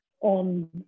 on